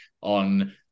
on